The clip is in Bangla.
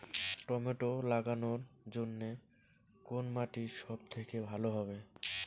টমেটো লাগানোর জন্যে কোন মাটি সব থেকে ভালো হবে?